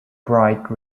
bright